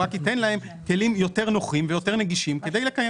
רק ייתן להם כלים יותר נוחים ויותר נגישים כדי לקיים